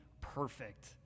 perfect